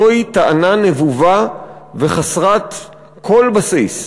זוהי טענה נבובה וחסרת כל בסיס.